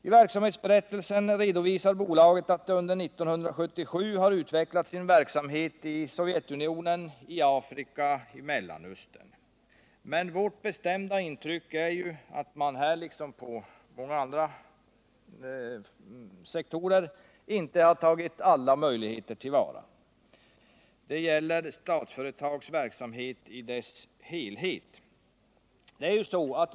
I verksamhetsberättelsen redovisar bolaget att det under år 1977 har utvecklat sin verksamhet i Sovjetunionen, Afrika och Mellanöstern. Men vårt bestämda intryck är att man här, liksom på många andra sektorer, inte har tagit till vara alla möjligheter. Det gäller Statsföretags verksamhet i dess helhet.